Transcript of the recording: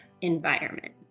environment